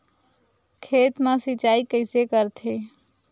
खेत मा सिंचाई कइसे करथे?